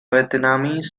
vietnamese